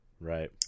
right